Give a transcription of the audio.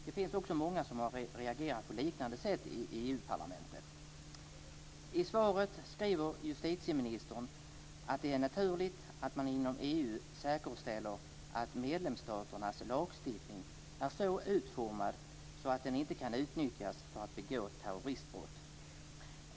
Det finns också många som har reagerat på liknande sätt i EU I svaret skriver justitieministern att det är naturligt att man inom EU säkerställer att medlemsstaternas lagstiftning är så utformad att den inte kan utnyttjas för att begå terroristbrott.